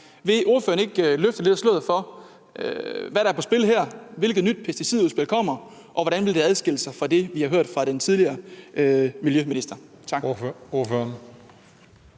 Vil ordføreren ikke løfte lidt af sløret for, hvad der er på spil her, hvilket nyt pesticidudspil der kommer, og hvordan det vil adskille sig fra det, vi har hørt fra den tidligere miljøminister?